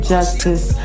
Justice